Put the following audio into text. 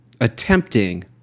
attempting